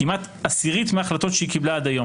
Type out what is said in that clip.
כמעט עשירית מההחלטות הממשלה שהתקבלו עד כה,